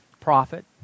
Prophet